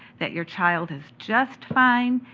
that your child is just fine,